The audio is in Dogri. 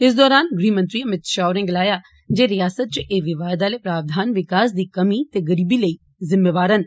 इस दरान गृहमंत्री अमित षाह होरें गलाया जे रिआसत च एह विवाद आले प्रावधान विकास दी कम ीते गरीबी लेई जिम्मेदार न